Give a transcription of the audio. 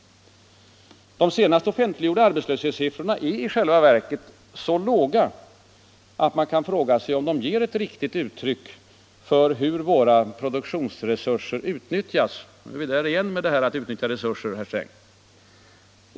De senast offentliggjorda arbetslöshetssiffrorna är i själva verket så låga att man kan fråga sig om de ger ett riktigt uttryck för hur våra produktionsresurser utnyttjas — nu är vi där igen med frågan om att utnyttja resurserna, herr Sträng.